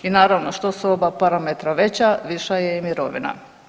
I naravno, što su oba parametra veća viša je i mirovina.